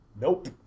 Nope